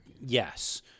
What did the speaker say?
Yes